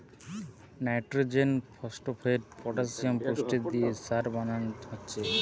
nitrogen, phosphate, potassium পুষ্টি দিয়ে সার বানানা হচ্ছে